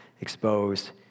exposed